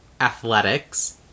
athletics